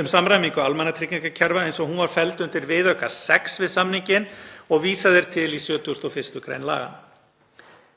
um samræmingu almannatryggingakerfa eins og hún var felld undir viðauka VI við samninginn og sem vísað er til í 71. gr. laganna.